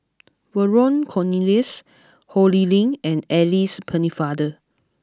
Vernon Cornelius Ho Lee Ling and Alice Pennefather